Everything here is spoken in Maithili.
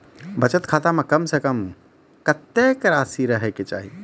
बचत खाता म कम से कम कत्तेक रासि रहे के चाहि?